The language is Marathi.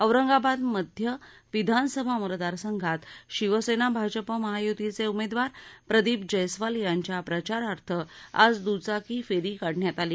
औरंगाबाद मध्य विधानसभा मतदारसंघात शिवसेना भाजप महायुतीचे उमेदवार प्रदीप जैस्वाल यांच्या प्रचारार्थ आज दुचाकी फेरी काढण्यात आली